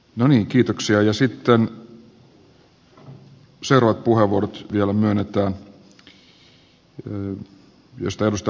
no niin kiitoksia ja sitten seuraavat puheenvuorot vielä myönnetään joista edustaja wallinheimo aloittaa